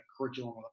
curriculum